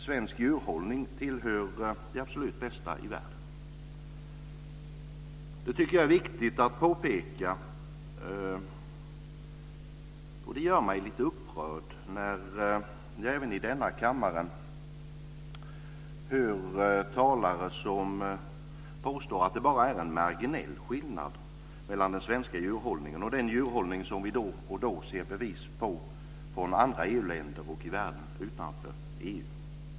Svensk djurhållning tillhör de absolut bästa i världen. Det tycker jag är viktigt att påpeka. Det gör mig lite upprörd när jag även i denna kammare hör talare som påstår att det bara är en marginell skillnad mellan den svenska djurhållningen och den djurhållning som vi då och då ser bevis på i andra EU-länder och i världen utanför EU.